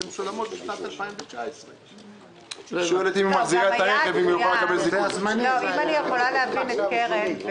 והן משולמות בשנת 2019. אם אני יכולה להבין את קרן,